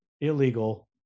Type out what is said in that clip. illegal